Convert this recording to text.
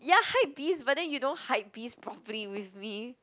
ya hypebeast but then you don't hypebeast properly with me